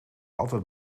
altijd